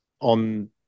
on